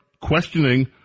questioning